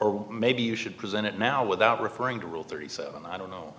or maybe you should present it now without referring to rule thirty seven i don't know